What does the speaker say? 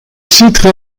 citerai